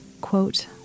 Quote